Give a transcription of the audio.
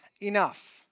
enough